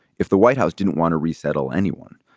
if the white house didn't want to resettle anyone,